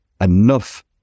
enough